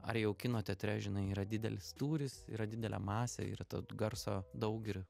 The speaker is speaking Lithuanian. ar jau kino teatre žinai yra didelis tūris yra didelė masė yra to garso daug ir